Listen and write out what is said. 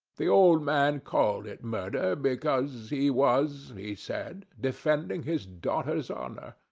the old man called it murder, because he was, he said, defending his daughter's honor.